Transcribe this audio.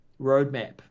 roadmap